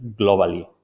globally